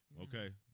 Okay